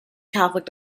catholic